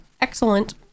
excellent